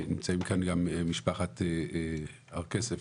נמצאים כאן גם משפחת הר כסף,